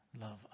love